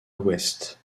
l’ouest